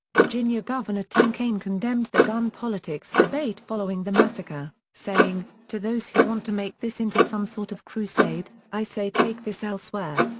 virginia governor tim kaine condemned the gun politics debate following the massacre, saying, to those who want to make this into some sort of crusade, i say take this elsewhere.